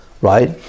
right